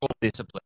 discipline